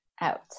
out